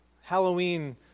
Halloween